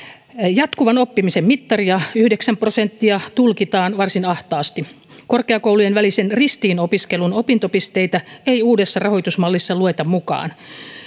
jatkuvan oppimisen mittaria yhdeksän prosenttia tulkitaan varsin ahtaasti korkeakoulujen välisen ristiinopiskelun opintopisteitä ei uudessa rahoitusmallissa lueta mukaan